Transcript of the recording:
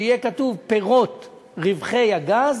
יהיה כתוב "פירות רווחי הגז",